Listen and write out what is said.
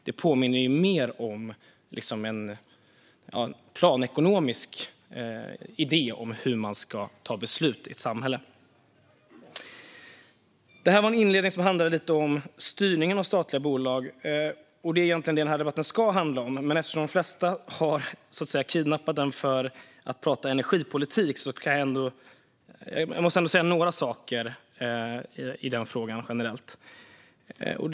Det påminner mer om en planekonomisk idé om hur man ska ta beslut i ett samhälle. Denna inledning handlade lite om styrningen av statliga bolag, och det är egentligen detta den här debatten ska handla om. Men eftersom de flesta så att säga har kidnappat den för att prata energipolitik måste jag ändå säga några saker generellt om den frågan.